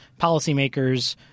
policymakers